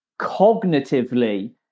cognitively